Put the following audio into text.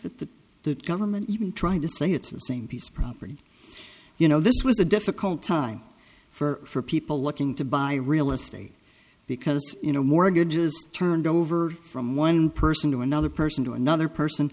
that the the government even trying to say it's the same piece of property you know this was a difficult time for people looking to buy real estate because you know mortgages turned over from one person to another person to another person